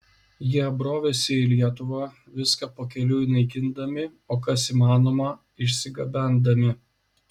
jie brovėsi į lietuvą viską pakeliui naikindami o kas įmanoma išsigabendami